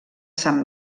sant